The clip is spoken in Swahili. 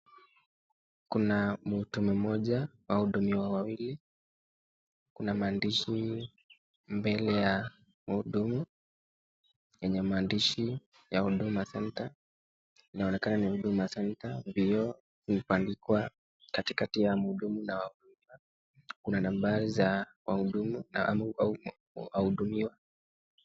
Kuna mhudumu mmoja, wahudumu wawili. Kuna maandishi mbele ya mhudumu yenye maandishi ya huduma center. Inaonekana ni huduma center vioo vimeandikwa katikati ya mhudumu na kuna nambari za mhudumu au wahudumiwa.